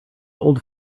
old